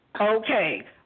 Okay